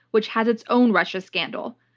which has its own russia scandal.